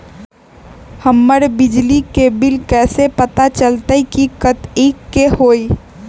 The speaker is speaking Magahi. हमर बिजली के बिल कैसे पता चलतै की कतेइक के होई?